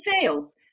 sales